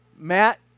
Matt